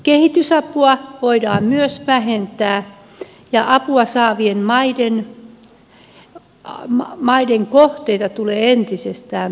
kehitysapua voidaan myös vähentää ja apua saavien maiden kohteita tulee entisestään tarkistaa